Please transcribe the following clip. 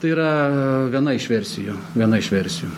tai yra viena iš versijų viena iš versijų